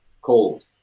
cold